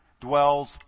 dwells